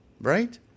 right